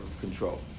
control